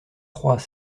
trois